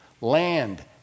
land